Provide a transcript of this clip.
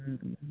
হুম হুম হুম